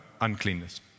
uncleanness